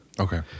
Okay